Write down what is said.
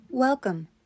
Welcome